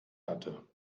hatte